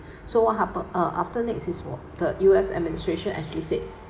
so what happe~ uh after next is for the U_S administration actually said